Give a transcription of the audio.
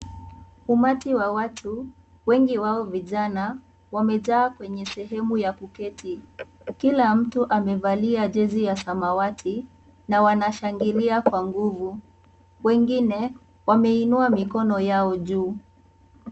Umati wa watu wengi wao vijana wamejaa kwenye sehemu ya kuketi, kila mtu amevalia jersey ya samawati na wanashangilia kwa nguvu, wengine wameinua mikono yao juu.